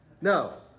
No